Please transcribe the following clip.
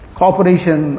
cooperation